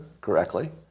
correctly